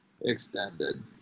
extended